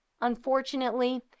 Unfortunately